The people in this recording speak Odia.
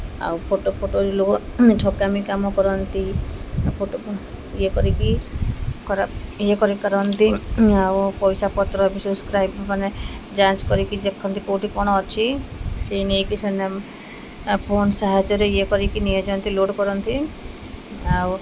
ଆଉ ଫଟୋ ଫଟୋ ଲୋକ ଠକାମି କାମ କରନ୍ତି ଫଟୋ ଇଏ କରିକି ଖରାପ ଇଏ କରି କରନ୍ତି ଆଉ ପଇସା ପତ୍ର ବି ସବ୍ସ୍କ୍ରାଇବ୍ ମାନେ ଯାଞ୍ଚ କରିକି ଦେଖନ୍ତି କେଉଁଠି କ'ଣ ଅଛି ସେଇ ନେଇକି ସେନ ଫୋନ୍ ସାହାଯ୍ୟରେ ଇଏ କରିକି ନିଅନ୍ତି ଲୋଡ଼୍ କରନ୍ତି ଆଉ